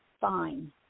fine